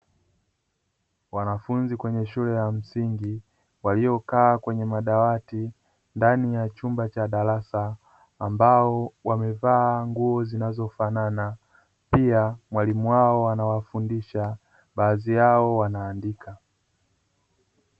Wanafunzi kwenye shule ya msingi waliokaa kwenye madawati ndani ya chumba cha darasa, ambao wamevaa nguo zinazofanana pia mwalimu wao anawafundisha baadhi yao wanaandika.